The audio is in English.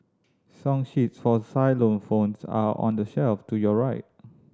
song sheets for xylophones are on the shelf to your right